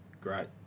Great